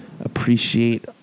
appreciate